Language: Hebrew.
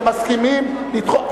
אתם מסכימים לדחות?